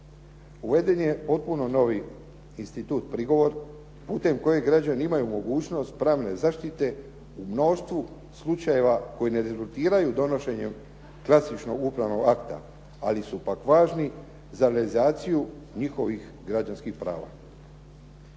Uveden je potpuno novi institut prigovor, putem kojeg građani imaju mogućnost pravne zaštite u mnoštvu slučajeva koji ne rezultiraju donošenjem drastičnog upravnog akta, ali su pak važni za …/Govornik se ne razumije./… njihovih građanskih prava.